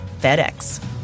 FedEx